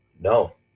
No